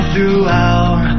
Throughout